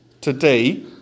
today